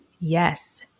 Yes